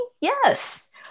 Yes